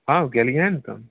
हॅं गेलियै हन तऽ